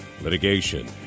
litigation